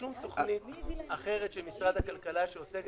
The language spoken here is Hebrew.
אנחנו לא פוגעים בשום תוכנית אחרת של משרד הכלכלה שעוסקת